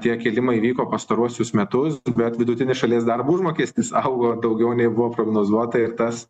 tie kilimai vyko pastaruosius metus bet vidutinis šalies darbo užmokestis augo daugiau nei buvo prognozuota ir tas